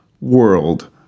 world